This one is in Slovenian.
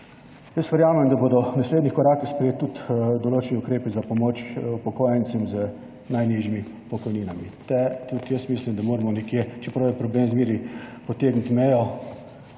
Jaz verjamem, da bodo naslednji koraki sprejeti tudi določeni ukrepi za pomoč upokojencem z najnižjimi pokojninami, te, tudi, jaz mislim, da moramo nekje, čeprav je problem zmeraj potegniti mejo,